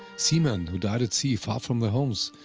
seamen who died at sea far from their homes,